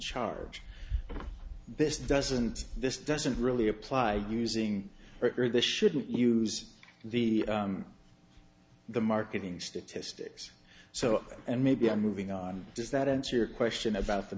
charge this doesn't this doesn't really apply using this shouldn't use the the marketing statistics so and maybe i'm moving on does that answer your question about the